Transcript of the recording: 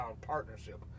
partnership